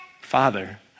father